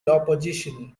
opposition